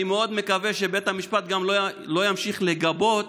אני מאוד מקווה שבית המשפט גם לא ימשיך לגבות